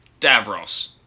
Davros